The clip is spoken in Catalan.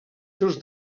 seus